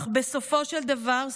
אך בסופו של דבר,